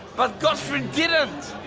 but gottfrid didn't!